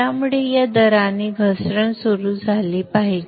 त्यामुळे या दराने घसरण सुरू झाली पाहिजे